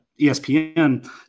ESPN